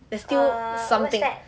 there's still something